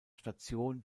station